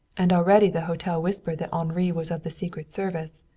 and already the hotel whispered that henri was of the secret service.